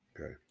Okay